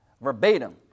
verbatim